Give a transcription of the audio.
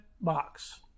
box